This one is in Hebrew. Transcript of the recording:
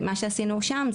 ומה שעשינו שם,